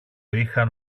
είχαν